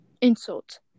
insult